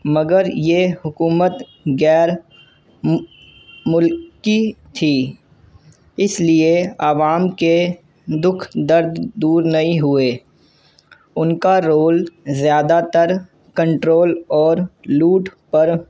مگر یہ حکومت غیر ملکی تھی اس لیے عوام کے دکھ درد دور نہیں ہوئے ان کا رول زیادہ تر کنٹرول اور لوٹ پر